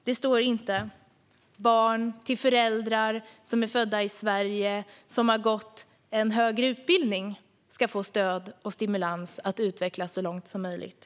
Det står inte: Barn till föräldrar som är födda i Sverige och som har gått en högre utbildning ska få stöd och stimulans att utvecklas så långt som möjligt.